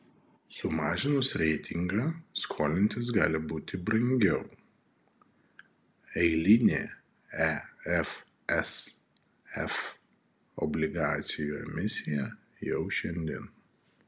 sumažinus reitingą skolintis gali būti brangiau eilinė efsf obligacijų emisija jau šiandien